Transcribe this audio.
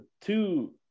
two